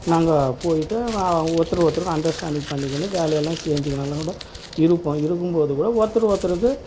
நாங்கள் போயிட்டு ஒருத்தருக்கு ஒருத்தர் அண்டர்ஸ்டாண்டிங் பண்ணிக்கினு வேலையெல்லாம் செஞ்சிக்கினால் கூட இருப்போம் இருக்கும்போது கூட ஒருத்தர் ஒருத்தருக்கு